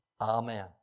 amen